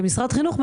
כמשרד החינוך,